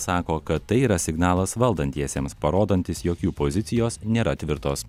sako kad tai yra signalas valdantiesiems parodantis jog jų pozicijos nėra tvirtos